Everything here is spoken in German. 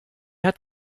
hat